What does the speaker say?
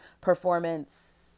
performance